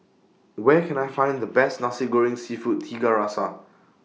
Where Can I Find The Best Nasi Goreng Seafood Tiga Rasa